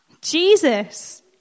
Jesus